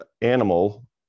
animal